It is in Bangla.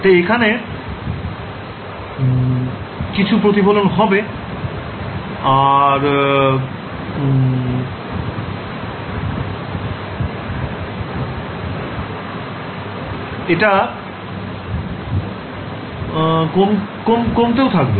তাই এখানে কিছু প্রতিফলন হবে আর এটা কমতেও থাকবে